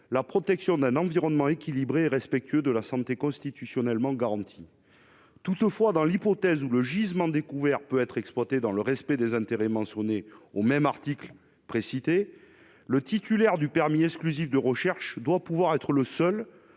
la protection d'un environnement équilibré et respectueux de la santé, constitutionnellement garantie. Toutefois, dans l'hypothèse où le gisement découvert peut être exploité dans le respect des intérêts mentionnés à l'article précité, le titulaire du permis exclusif de recherche doit être le seul